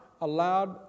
allowed